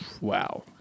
Wow